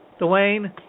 Dwayne